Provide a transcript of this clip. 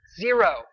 Zero